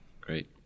Great